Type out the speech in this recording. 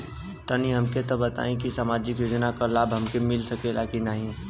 तनि हमके इ बताईं की सामाजिक योजना क लाभ हमके मिल सकेला की ना?